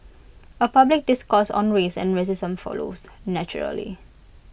A public discourse on race and racism follows naturally